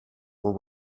were